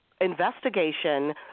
investigation